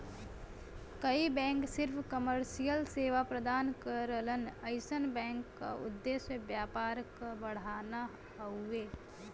कई बैंक सिर्फ कमर्शियल सेवा प्रदान करलन अइसन बैंक क उद्देश्य व्यापार क बढ़ाना हउवे